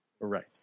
Right